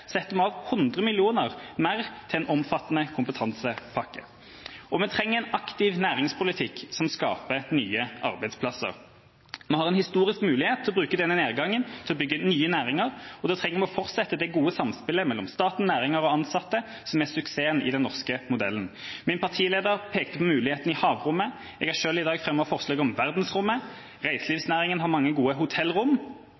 setter vi av 100 mill. kr mer til en omfattende kompetansepakke. Vi trenger også en aktiv næringspolitikk som skaper nye arbeidsplasser. Vi har en historisk mulighet til å bruke denne nedgangen til å bygge nye næringer, og da trenger vi å fortsette det gode samspillet mellom staten, næringer og ansatte, som er suksessen i den norske modellen. Min partileder pekte på mulighetene i havrommet. Jeg har selv i dag fremmet forslag om verdensrommet.